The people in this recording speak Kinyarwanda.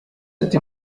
ati